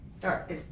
dark